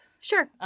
Sure